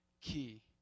key